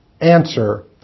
Answer